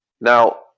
Now